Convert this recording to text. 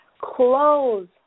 Clothes